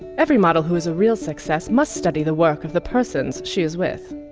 every model who is a real success must study the work of the person she is with.